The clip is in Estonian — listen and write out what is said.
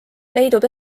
leidub